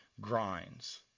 grinds